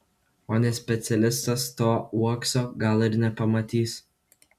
o ne specialistas to uokso gal ir nepamatys